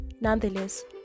Nonetheless